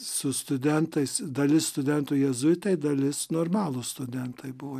su studentais dalis studentų jėzuitai dalis normalūs studentai buvo